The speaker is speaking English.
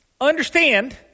understand